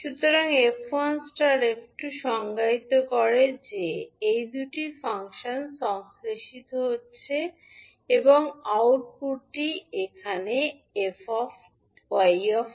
সুতরাং f1 f2 সংজ্ঞায়িত করে যে এই দুটি ফাংশন সংশ্লেষিত হচ্ছে এবং আউটপুটটি 𝑦 𝑡